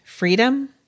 Freedom